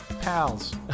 pals